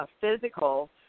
physical